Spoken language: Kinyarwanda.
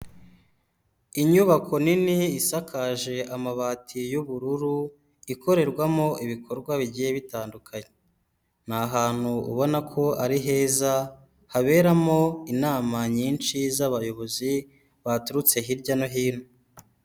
Inyubako nini isakaje amabati y'ubururu, ikorerwamo ibikorwa bigiye bitandukanye. Ni ahantu ubona ko ari heza haberamo inama nyinshi z'abayobozi baturutse hirya no hino.